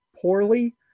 poorly